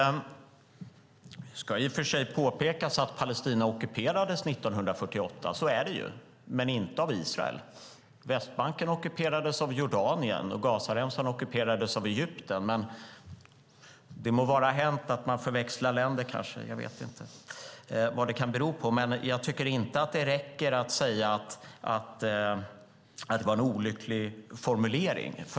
Det ska i och för sig påpekas att Palestina ockuperades 1948 - så är det ju - men inte av Israel. Västbanken ockuperades av Jordanien, och Gazaremsan ockuperades av Egypten. Det må vara hänt att man förväxlar länder. Jag vet inte vad det kan bero på, men jag tycker inte att det räcker att säga att det var en olycklig formulering.